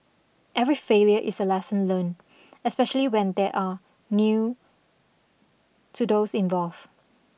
every failure is a lesson learnt especially when there are new to those involved